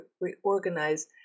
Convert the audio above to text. reorganize